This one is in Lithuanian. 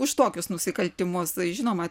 už tokius nusikaltimus žinoma